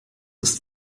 ist